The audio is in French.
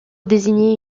désigner